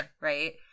right